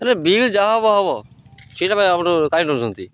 ହେଲେ ବିଲ୍ ଯାହା ହେବ ହେବ ସେଇଟା ପାଇଁ ଆପଣ କାଇଁ ଡରୁଛନ୍ତି